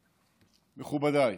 מכובדיי,